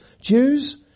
Jews